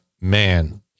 man